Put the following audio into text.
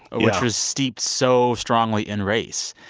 which was steeped so strongly in race.